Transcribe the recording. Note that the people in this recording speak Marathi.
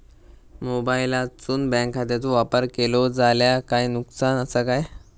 मोबाईलातसून बँक खात्याचो वापर केलो जाल्या काय नुकसान असा काय?